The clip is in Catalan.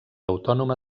autònoma